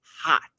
hot